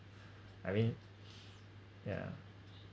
I mean yeah